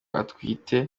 atwite